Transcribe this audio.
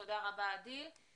תודה רבה הדיל.